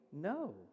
No